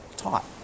taught